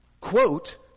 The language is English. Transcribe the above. quote